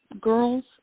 girls